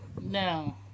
No